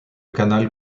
canal